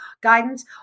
guidance